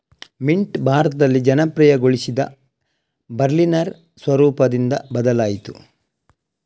mint ಭಾರತದಲ್ಲಿ ಜನಪ್ರಿಯಗೊಳಿಸಿದ Berliner ಸ್ವರೂಪದಿಂದ ಬದಲಾಯಿತು